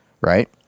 right